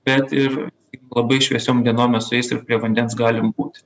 bet ir labai šviesiom dienom mes su jais ir prie vandens galim būti